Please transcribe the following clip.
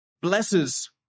blesses